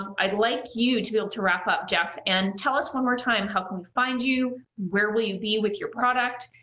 um i'd like you to be able to wrap up, jeff. and, tell one more time, how can we find you? where will you be with your product,